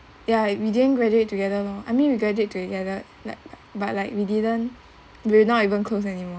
ya we didn't graduate together lor I mean graduate together like but like we didn't we were not even close anymore